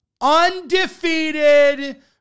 undefeated